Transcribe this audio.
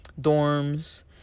dorms